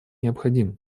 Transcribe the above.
необходим